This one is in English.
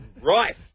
Right